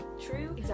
true